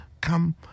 come